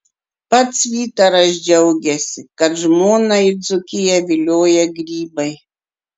pats vytaras džiaugiasi kad žmoną į dzūkiją vilioja grybai